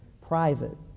private